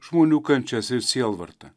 žmonių kančias ir sielvartą